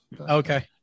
Okay